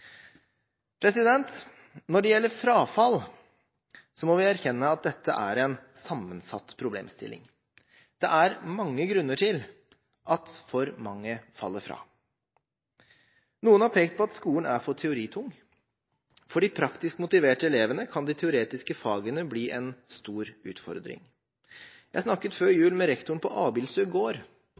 Når det gjelder frafall, må vi erkjenne at dette er en sammensatt problemstilling. Det er mange grunner til at for mange faller fra. Noen har pekt på at skolen er for teoritung. For de praktisk motiverte elevene kan de teoretiske fagene bli en stor utfordring. Jeg snakket før jul med rektoren på